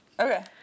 Okay